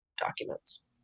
documents